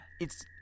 It's-